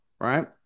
right